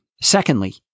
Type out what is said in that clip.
Secondly